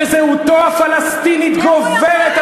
שזהותו הפלסטינית גוברת,